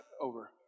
over